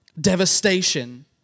devastation